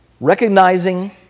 Recognizing